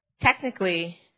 Technically